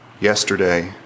yesterday